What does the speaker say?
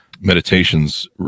meditations